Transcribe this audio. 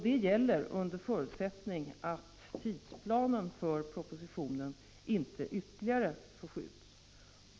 Detta gäller under förutsättning att tidsplanen för propositionen inte ytterligare förskjuts.